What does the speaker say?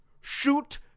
shoot